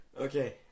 Okay